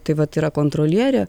tai vat yra kontrolierė